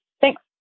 Thanks